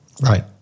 Right